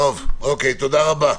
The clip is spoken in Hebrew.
תודה רבה.